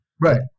Right